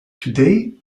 today